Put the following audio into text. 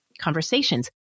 conversations